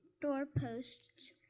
doorposts